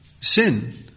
sin